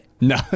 No